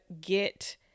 get